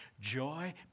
joy